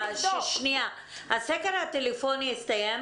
הסקר הטלפוני הסתיים?